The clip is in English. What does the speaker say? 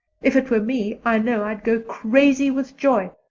if it were me i know i'd go crazy with joy.